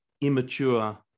immature